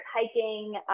hiking